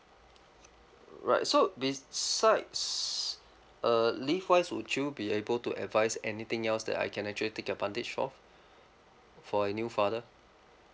right so besides uh leave wise would you be able to advise anything else that I can actually take advantage of for a new father